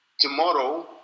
tomorrow